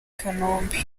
kanombe